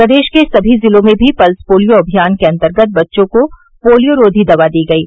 प्रदेश के सभी जिलों में भी पल्स पोलियो अभियान के अन्तर्गत बच्चों को पोलियोरोधी दवा दी गयी